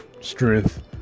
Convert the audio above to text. strength